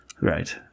right